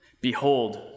Behold